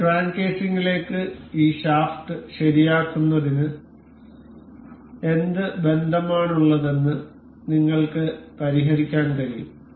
ഈ ക്രാങ്ക് കേസിംഗിലേക്ക് ഈ ഷാഫ്റ്റ് ശരിയാക്കുന്നതിന് എന്ത് ബന്ധമാണുള്ളതെന്ന് നിങ്ങൾക്ക് പരിഹരിക്കാൻ കഴിയും